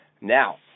Now